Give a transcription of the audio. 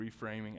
reframing